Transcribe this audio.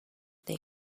they